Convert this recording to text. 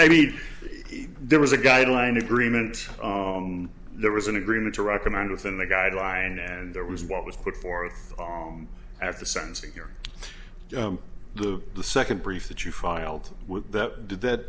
i mean there was a guideline agreement there was an agreement to recommend within the guidelines and that was what was put forth at the sentencing hearing the the second brief that you filed with that did that